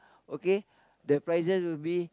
okay the prices will be